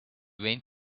went